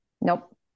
Nope